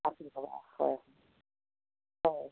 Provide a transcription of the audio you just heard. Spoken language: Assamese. আশী টকা হয় হয়